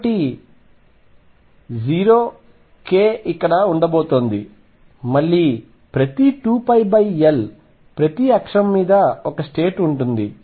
కాబట్టి 0 k ఇక్కడ ఉండబోతోంది మళ్లీ ప్రతి 2πL ప్రతి అక్షం మీద ఒక స్టేట్ ఉంటుంది